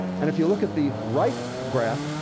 and if you look at the right graph,